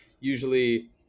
usually